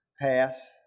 pass